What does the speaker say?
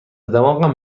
دماغم